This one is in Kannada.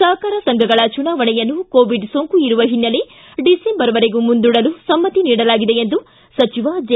ಸಹಕಾರ ಸಂಘಗಳ ಚುನಾವಣೆಯನ್ನು ಕೋವಿಡ್ ಸೋಂಕು ಇರುವ ಹಿನ್ನೆಲೆ ಡಿಸೆಂಬರ್ವರೆಗೂ ಮುಂದೂಡಲು ಸಮ್ನತಿ ನೀಡಲಾಗಿದೆ ಎಂದು ಸಚಿವ ಜೆ